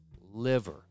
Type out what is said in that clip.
liver